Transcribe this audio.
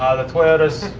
the toyotas,